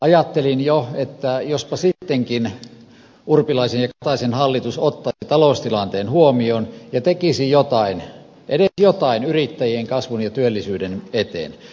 ajattelin jo että jospa sittenkin urpilaisen ja kataisen hallitus ottaisi taloustilanteen huomioon ja tekisi edes jotain yrittäjien kasvun ja työllisyyden eteen